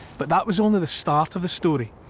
but that was only the start of the story.